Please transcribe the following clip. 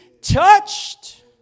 touched